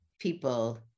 people